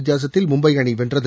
வித்தியாசத்தில் மும்பை அணி வென்றது